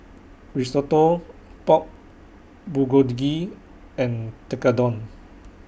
Risotto Pork Bulgogi and Tekkadon